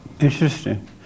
Interesting